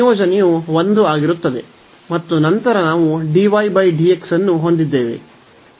ಸಂಯೋಜನೆಯು 1 ಆಗಿರುತ್ತದೆ ಮತ್ತು ನಂತರ ನಾವು dy dx ಅನ್ನು ಹೊಂದಿದ್ದೇವೆ